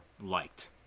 liked